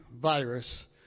virus